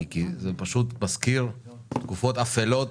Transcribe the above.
כי זה פשוט מאוד מזכיר תקופות אפלות.